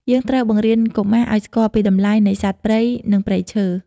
យើងត្រូវបង្រៀនកុមារឱ្យស្គាល់ពីតម្លៃនៃសត្វព្រៃ និងព្រៃឈើ។